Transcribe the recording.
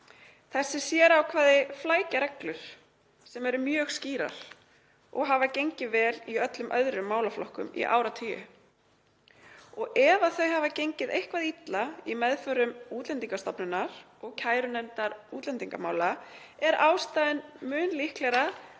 Þessi sérákvæði flækja reglur sem eru mjög skýrar og hafa gengið vel í öllum öðrum málaflokkum í áratugi. Ef mál hafa gengið eitthvað illa í meðförum Útlendingastofnunar og kærunefndar útlendingamála er mun líklegra